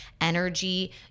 energy